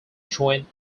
join